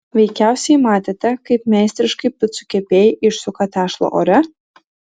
veikiausiai matėte kaip meistriškai picų kepėjai išsuka tešlą ore